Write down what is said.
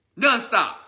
Nonstop